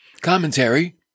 commentary